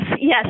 yes